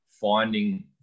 finding